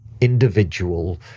individual